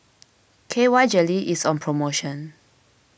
K Y Jelly is on promotion